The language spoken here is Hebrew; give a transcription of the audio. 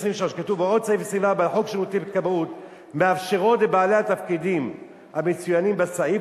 לחוק שירותי כבאות מאפשרות לבעלי התפקידים המצוינים בסעיף